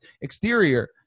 exterior